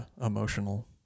emotional